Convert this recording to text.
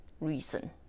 reason